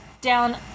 down